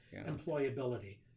employability